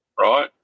right